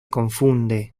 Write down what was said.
confunde